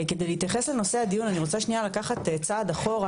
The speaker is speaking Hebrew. כדי להתייחס לנושא הדיון אני רוצה שנייה לקחת צעד אחורה,